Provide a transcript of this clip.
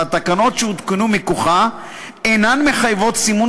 והתקנות שהותקנו מכוחה אינן מחייבות סימון